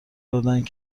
دادند